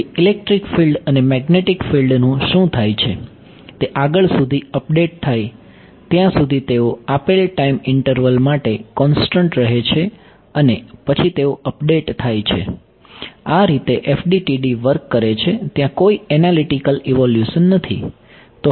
તેથી electric field અને magnetic field નું શું થાય છે તે આગળ સુધી અપડેટ થાય ત્યાં સુધી તેઓ આપેલ ટાઈમ ઈન્ટરવલ માટે કોન્સ્ટંટ રહે છે અને પછી તેઓ અપડેટ થાય છે આ રીતે FDTD વર્ક કરે છે ત્યાં કોઈ એનાલીટીકલ ઈવોલ્યુશન નથી